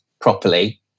properly